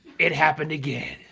it happened again.